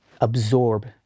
absorb